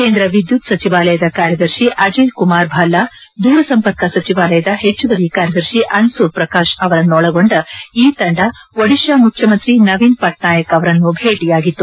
ಕೇಂದ್ರ ವಿದ್ಯುತ್ ಸಚಿವಾಲಯದ ಕಾರ್ಯದರ್ಶಿ ಅಜಯ್ ಕುಮಾರ್ ಭಲ್ಲಾ ದೂರಸಂಪರ್ಕ ಸಚಿವಾಲಯದ ಹೆಚ್ಚುವರಿ ಕಾರ್ಯದರ್ಶಿ ಅನ್ಸು ಪ್ರಕಾಶ್ ಅವರನ್ನು ಒಳಗೊಂಡ ಈ ತಂಡ ಒಡಿಶಾ ಮುಖ್ಯಮಂತ್ರಿ ನವೀನ್ ಪಟ್ನಾಯಕ್ ಅವರನ್ನು ಭೇಟಿಯಾಗಿತ್ತು